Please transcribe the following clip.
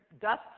dust